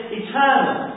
eternal